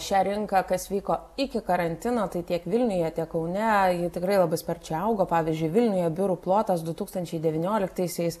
šią rinką kas vyko iki karantino tai tiek vilniuje tiek kaune ji tikrai labai sparčiai augo pavyzdžiui vilniuje biurų plotas du tūkstančiai devynioliktaisiais